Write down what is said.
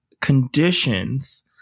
conditions